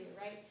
right